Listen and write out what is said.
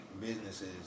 businesses